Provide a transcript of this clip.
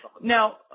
Now